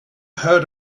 heard